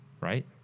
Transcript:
right